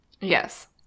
yes